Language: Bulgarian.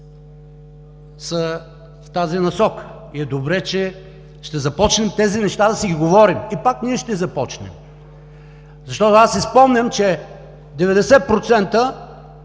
е в тази насока и е добре, че ще започнем тези неща да си ги говорим. И пак ние ще започнем, защото аз си спомням, че 90%